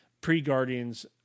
Pre-Guardians